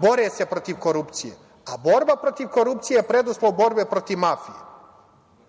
bore se protiv korupcije. Borba protiv korupcije je preduslov borbe protiv mafije.